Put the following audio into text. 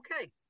okay